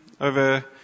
over